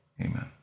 Amen